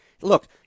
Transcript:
Look